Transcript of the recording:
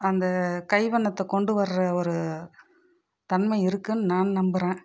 அந்த கை வண்ணத்தை கொண்டு வர ஒரு தன்மை இருக்குதுன் நான் நம்புகிறேன்